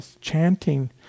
chanting